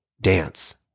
dance